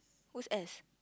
who's S